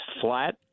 flat